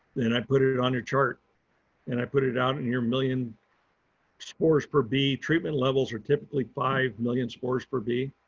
and i put it it on your chart and i put it out in your million spores per bee. treatment levels are typically five million spores per bee.